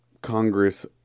Congress